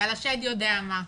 ועל השד-יודע-מה,